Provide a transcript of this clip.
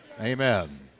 Amen